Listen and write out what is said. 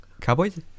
Cowboys